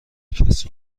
کسی